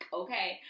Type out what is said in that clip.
okay